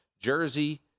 Jersey